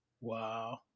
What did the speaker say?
Wow